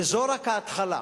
וזו רק ההתחלה.